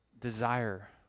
desire